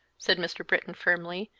said mr. britton, firmly,